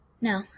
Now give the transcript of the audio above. No